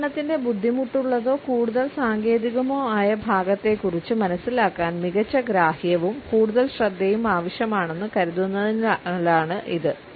അവതരണത്തിന്റെ ബുദ്ധിമുട്ടുള്ളതോ കൂടുതൽ സാങ്കേതികമോ ആയ ഭാഗത്തെക്കുറിച്ച് മനസിലാക്കാൻ മികച്ച ഗ്രാഹ്യവും കൂടുതൽ ശ്രദ്ധയും ആവശ്യമാണെന്ന് കരുതുന്നതിനാലാണ് ഇത്